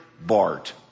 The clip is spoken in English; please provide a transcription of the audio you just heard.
Bart